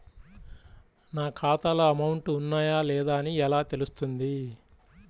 నా ఖాతాలో అమౌంట్ ఉన్నాయా లేవా అని ఎలా తెలుస్తుంది?